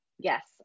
Yes